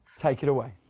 take it away.